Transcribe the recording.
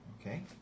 Okay